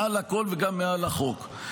מעל לכול וגם מעל החוק?